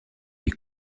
est